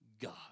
God